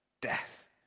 death